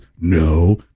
No